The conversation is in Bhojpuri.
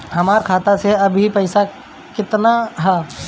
हमार खाता मे अबही केतना पैसा ह?